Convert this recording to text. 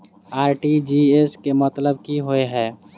RTGS केँ मतलब की होइ हय?